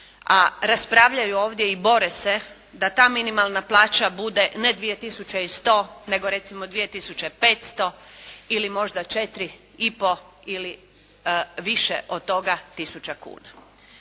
a raspravljaju ovdje i bore se da ta minimalna plaća bude ne 2100, nego recimo 2500 ili možda 4 i pol ili više od toga tisuća kuna.